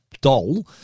doll